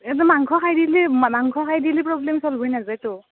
এতিয়া মাংস মাংস খাই দিলিয়ে প্ৰব্লেম ছল্ভ হৈ নাযায়তো